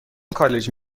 کالج